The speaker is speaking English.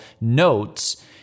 notes